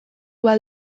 bat